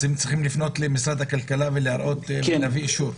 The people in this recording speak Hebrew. אז הם צריכים לפנות למשרד הכלכלה ולהביא אישור?